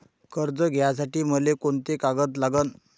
कर्ज घ्यासाठी मले कोंते कागद लागन?